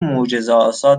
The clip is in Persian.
معجزهآسا